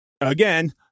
again